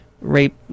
rape